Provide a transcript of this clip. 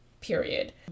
period